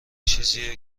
چیزیه